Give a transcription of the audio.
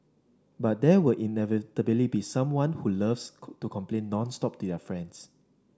but there will inevitably be someone who loves could to complain nonstop their friends